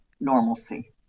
normalcy